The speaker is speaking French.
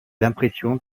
l’impression